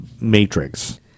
matrix